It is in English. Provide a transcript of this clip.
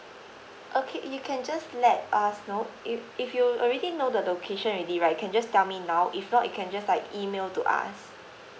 okay you can just let us know if if you already know the location already right can just tell me now if not you can just like email to us